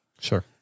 Sure